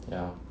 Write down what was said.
ya